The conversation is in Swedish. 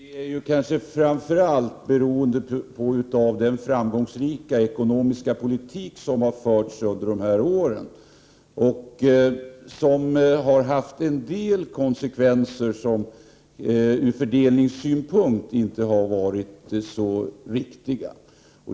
Herr talman! Det är kanske framför allt beroende på den framgångsrika ekonomiska politik som har förts under dessa år och som har fått en del konsekvenser som ur fördelningssynpunkt inte har varit så riktiga.